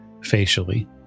facially